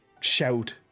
Shout